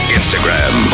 Instagram